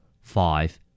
Five